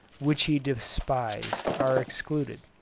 which he despised, are excluded.